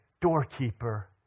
doorkeeper